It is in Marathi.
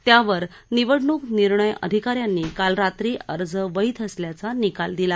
त्यावर निवडणूक निर्णय अधिका यांनी काल रात्री अर्ज वैध असल्याचा निकाल दिला